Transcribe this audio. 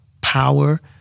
power